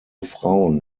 frauen